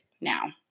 now